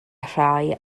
rhai